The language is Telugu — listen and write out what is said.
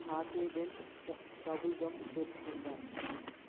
హ్యాపీడెంట్ బబుల్ గమ్ దొరుకుతుందా